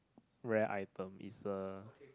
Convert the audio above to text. rare item it's a